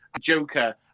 Joker